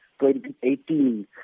2018